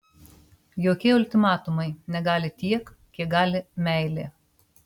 jokie ultimatumai negali tiek kiek gali meilė